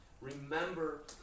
Remember